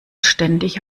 ständig